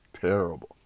Terrible